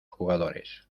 jugadores